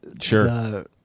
sure